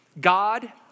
God